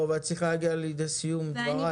את צריכה להגיע לידי סיום דברייך.